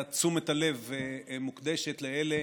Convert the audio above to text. תשומת הלב מוקדשת לאלה